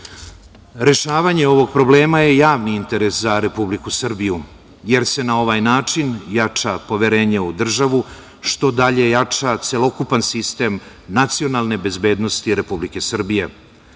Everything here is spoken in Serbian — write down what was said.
19.000.Rešavanje ovog problema je javni interes za Republiku Srbiju, jer se na ovaj način jača poverenje u državu, što dalje jača celokupan sistem nacionalne bezbednosti Republike Srbije.